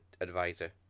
advisor